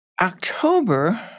October